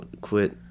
quit